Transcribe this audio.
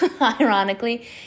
ironically